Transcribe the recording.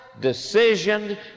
decision